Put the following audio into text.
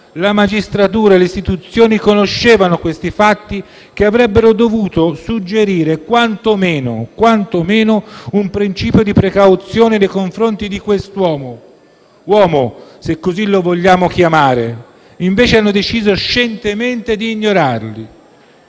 la magistratura e le istituzioni conoscevano questi fatti che avrebbero dovuto suggerire quantomeno un principio di precauzione nei confronti di quest'uomo, se così lo vogliamo chiamare. Invece hanno deciso scientemente di ignorarli.